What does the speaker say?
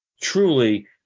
truly